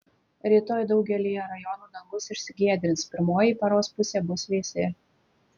rytoj daugelyje rajonų dangus išsigiedrins pirmoji paros pusė bus vėsi